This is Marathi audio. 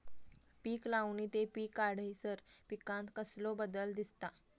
पीक लावणी ते पीक काढीसर पिकांत कसलो बदल दिसता?